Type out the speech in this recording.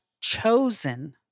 chosen